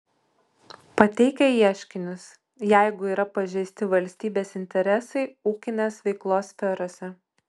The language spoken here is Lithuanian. pateikia ieškinius jeigu yra pažeisti valstybės interesai ūkinės veiklos sferose